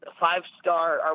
five-star